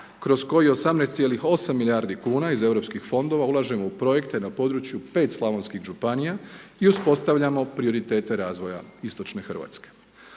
kroz kojih 18,8 milijardi kuna iz europskih fondova ulažemo u projekte na području 5 slavonskih županija i uspostavljamo prioritete razvoja istočne Hrvatske.